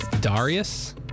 Darius